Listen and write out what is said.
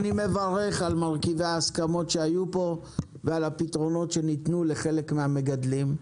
אני מברך על מרכיבי ההסכמות שהיו פה ועל הפתרונות שניתנו לחלק מהמגדלים.